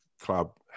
club